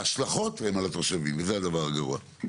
ההשלכות הן על התושבים, וזה הדבר הגרוע.